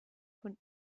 von